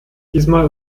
diesmal